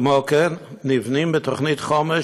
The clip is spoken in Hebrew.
כמו כן, נבנות בתוכנית חומש